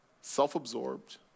self-absorbed